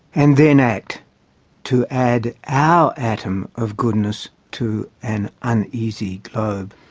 and then act to add our atom of goodness to an uneasy globe.